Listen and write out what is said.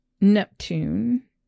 Neptune